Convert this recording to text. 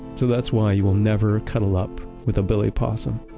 so that's why you will never cuddle up with a billy possum.